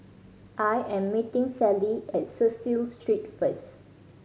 I am meeting Sally at Cecil Street first